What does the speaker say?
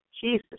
Jesus